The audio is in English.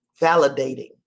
validating